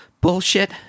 bullshit